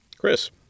Chris